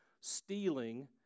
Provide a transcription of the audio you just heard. stealing